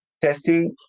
Testing